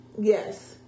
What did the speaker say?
Yes